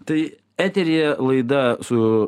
tai eteryje laida su